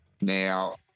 Now